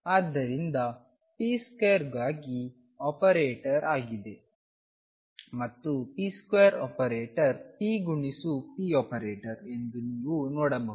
ಆದ್ದರಿಂದ p2 ಗಾಗಿ operator ಆಗಿದೆ ಮತ್ತು p2 ಆಪರೇಟರ್ p ಗುಣಿಸು p ಆಪರೇಟರ್ ಎಂದು ನೀವು ನೋಡಬಹುದು